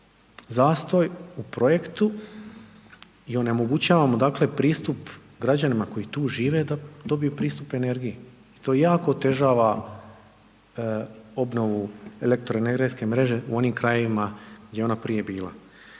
zastoj u projektu i onemogućavamo dakle, pristup građanima koji tu žive da dobiju pristup energiji i tu o jako otežava obnovu elektroenergetske mreže u onim krajevima gdje je ono prije bila.